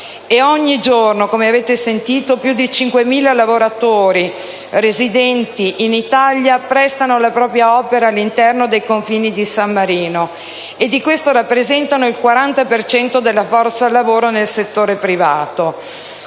ogni giorno - come avete sentito - più di 5.000 lavoratori, residenti in Italia, prestano la propria opera all'interno dei confini di San Marino, rappresentando il 40 per cento della forza lavoro del settore privato.